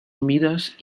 humides